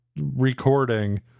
recording